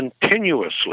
continuously